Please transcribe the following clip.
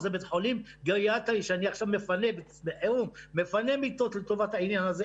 זה בית חולים גריאטרי שבחירום אני מפנה מיטות לטובת העניין הזה.